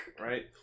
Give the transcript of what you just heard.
Right